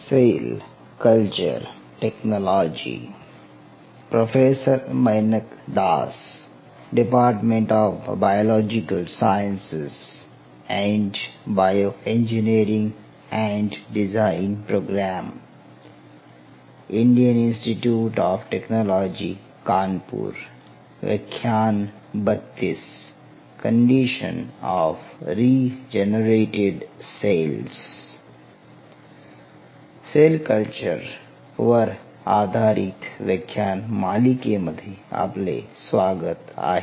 sale culture वर आधारित या व्याख्यान मालिकेमध्ये आपले स्वागत आहे